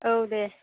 औ दे